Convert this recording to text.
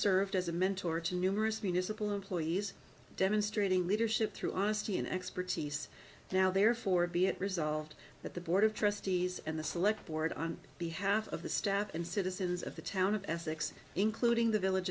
served as a mentor to numerous municipal employees demonstrating leadership through honesty and expertise now therefore be it resolved that the board of trustees and the select board on behalf of the staff and citizens of the town of essex including the village